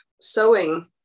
sewing